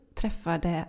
träffade